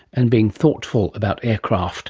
and being thoughtful about aircraft